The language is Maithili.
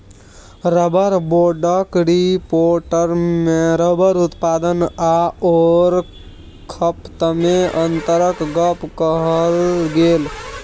रबर बोर्डक रिपोर्टमे रबर उत्पादन आओर खपतमे अन्तरक गप कहल गेल